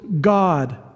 God